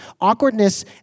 Awkwardness